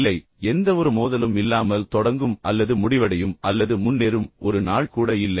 இல்லை எந்தவொரு மோதலும் இல்லாமல் தொடங்கும் அல்லது முடிவடையும் அல்லது முன்னேறும் ஒரு நாள் கூட இல்லை